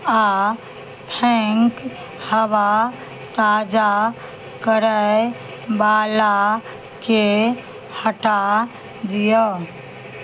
आ फैंक हबा ताजा करय बालाके हटा दियौ